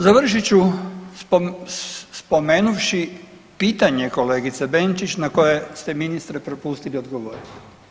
Završit ću spomenuvši pitanje kolegice Benčić na koje ste ministre propustili odgovorit.